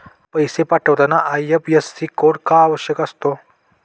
पैसे पाठवताना IFSC code का आवश्यक असतो?